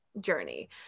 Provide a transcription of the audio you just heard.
journey